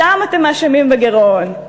אותן אתם מאשימים בגירעון.